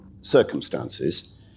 circumstances